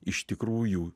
iš tikrųjų